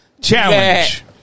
challenge